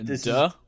Duh